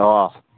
अ